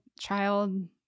child